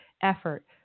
effort